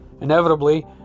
Inevitably